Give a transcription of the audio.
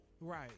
Right